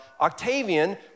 Octavian